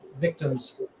victims